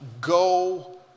go